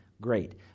Great